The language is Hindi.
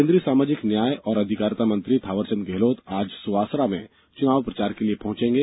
केन्द्रीय सामाजिक न्याय और आधिकारिता मंत्री थांवरचंद गेहलोत आज सुवासरा में चुनाव प्रचार के लिए पहॅचेंगे